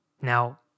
Now